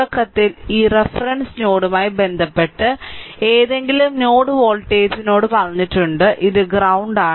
തുടക്കത്തിൽ ഈ റഫറൻസ് നോഡുമായി ബന്ധപ്പെട്ട് ഏതെങ്കിലും നോഡ് വോൾട്ടേജിനോട് പറഞ്ഞിട്ടുണ്ട് ഇത് ഗ്രൌണ്ടാണ്